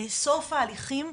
לסוף ההליכים.